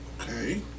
okay